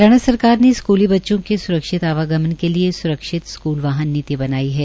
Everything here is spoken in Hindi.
हरियाणा सरकार ने स्कूली बच्चों के स्रक्षित आवागमन के लिए स्रक्षित स्कूल वाहन नीति बनाई है